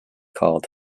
called